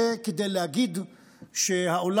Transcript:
זה כדי להגיד שהעולם